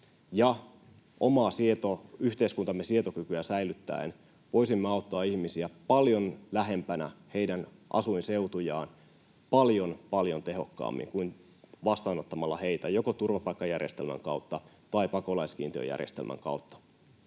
oman yhteiskuntamme sietokykyä säilyttäen auttaa ihmisiä paljon lähempänä heidän asuinseutujaan paljon, paljon tehokkaammin kuin vastaanottamalla heitä joko turvapaikkajärjestelmän kautta tai pakolaiskiintiöjärjestelmän kautta.